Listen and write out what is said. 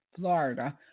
Florida